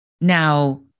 now